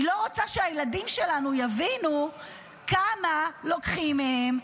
היא לא רוצה שהילדים שלנו יבינו כמה לוקחים מהם,